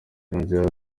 yongeyeho